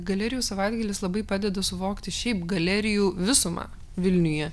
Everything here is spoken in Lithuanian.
galerijų savaitgalis labai padeda suvokti šiaip galerijų visumą vilniuje